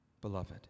Beloved